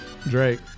Drake